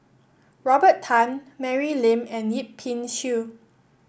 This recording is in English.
Robert Tan Mary Lim and Yip Pin Xiu